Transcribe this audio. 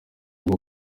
bwo